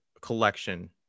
collection